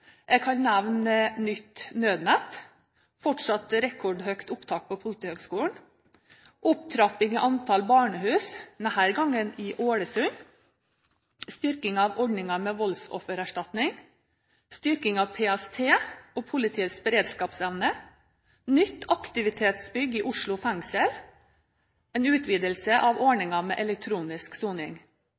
Jeg kan nevne nytt nødnett, fortsatt rekordhøyt opptak på Politihøgskolen, opptrapping av antall barnehus – denne gangen i Ålesund – styrking av ordningen med voldsoffererstatning, styrking av PST og politiets beredskapsevne, nytt aktivitetsbygg i Oslo fengsel og en utvidelse av ordningen med elektronisk soning.